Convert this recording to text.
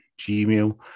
Gmail